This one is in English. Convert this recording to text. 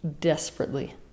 desperately